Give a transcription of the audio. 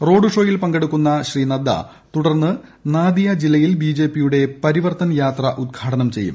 റോഡ്ഷോയിൽ പങ്കെടുക്കുന്ന അദ്ദേഹം തുടൂർന്ന് നാദിയ ജില്ലയിൽ ബിജെപിയുടെ പരിവർത്തൻ യാത്ര ഉദ്ഘാട്ന്റ് ചെയ്യും